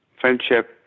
friendship